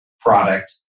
product